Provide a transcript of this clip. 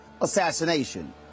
assassination